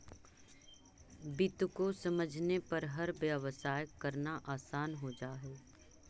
वित्त को समझने पर हर व्यवसाय करना आसान हो जा हई